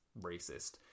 racist